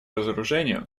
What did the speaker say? разоружению